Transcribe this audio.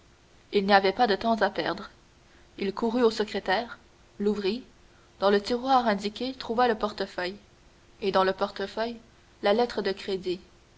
il n'y avait pas de temps à perdre il courut au secrétaire l'ouvrit dans le tiroir indiqué trouva le portefeuille et dans le portefeuille la lettre de crédit